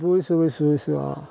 বুজিছোঁ বুজিছোঁ বুজিছোঁ অঁ